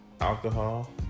alcohol